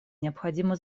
необходимо